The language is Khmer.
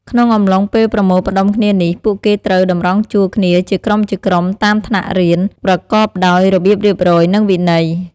ក្នុងអំឡុងពេលប្រមូលផ្តុំគ្នានេះ ពួកគេត្រូវ តម្រង់ជួរគ្នាជាក្រុមៗតាមថ្នាក់រៀន ប្រកបដោយ របៀបរៀបរយ និងវិន័យ។